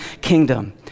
kingdom